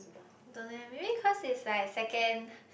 don't know leh maybe cause it's like second